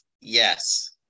yes